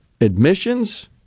admissions